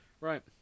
Right